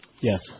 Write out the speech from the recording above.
Yes